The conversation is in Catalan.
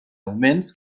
augments